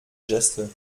geste